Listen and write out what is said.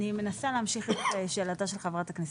אני מנסה להמשיך את שאלתה של חברת הכנסת.